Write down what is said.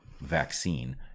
vaccine